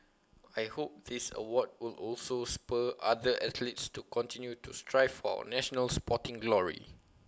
I hope this award will also spur other athletes to continue to strive for national sporting glory